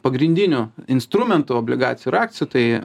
pagrindinių instrumentų obligacijų ir akcijų tai